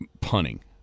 punning